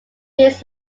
units